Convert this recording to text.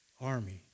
army